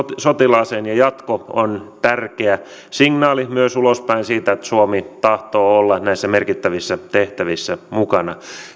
sotilaaseen ja jatko ovat tärkeä signaali myös ulospäin siitä että suomi tahtoo olla näissä merkittävissä tehtävissä mukana